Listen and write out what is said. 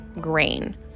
grain